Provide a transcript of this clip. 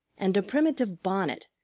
and a primitive bonnet,